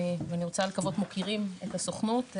ואני רוצה לקוות שגם מוקירים את הסוכנות.